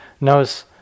knows